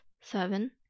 seven